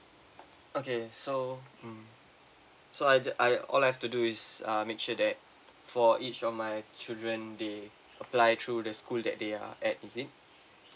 okay so mm so I ju~ I all I have to do is ah make sure that for each of my children they apply through the school that they are at is it